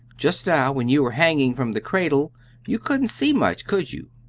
just now when you were hanging from the cradle you couldn't see much, could you?